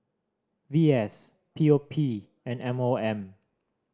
V S P O P and M O M